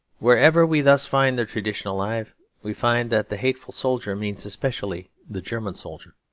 wherever we thus find the tradition alive we find that the hateful soldier means especially the german soldier.